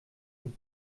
und